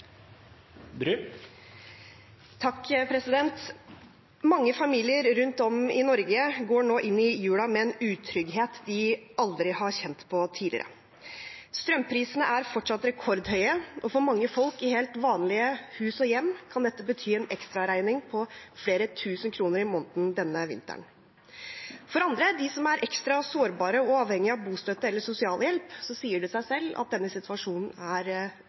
Mange familier rundt om i Norge går nå inn i julen med en utrygghet de aldri har kjent på tidligere. Strømprisene er fortsatt rekordhøye, og for mange folk i helt vanlige hus og hjem kan dette bety en ekstraregning på flere tusen kroner i måneden denne vinteren. For andre, de som er ekstra sårbare og avhengig av bostøtte eller sosialhjelp, sier det seg selv at denne situasjonen er